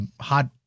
hot